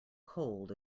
cold